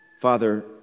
Father